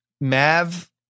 Mav